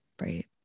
Right